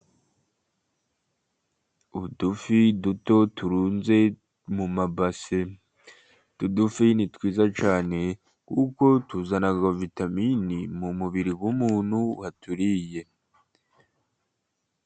Udufi duto turunze mu mabase, utu dufi ni twiza cyane, kuko tuzana vitamini mu mubiri w'umuntu waturiye.